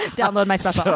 download my stuff. but